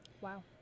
Wow